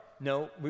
no